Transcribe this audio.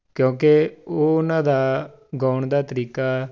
ਕਿਉਂਕਿ ਉਹਨਾਂ ਦਾ ਗਾਉਣ ਦਾ ਤਰੀਕਾ